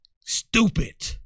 stupid